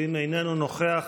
ואם איננו נוכח,